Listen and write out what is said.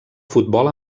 futbol